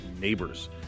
neighbors